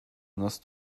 nas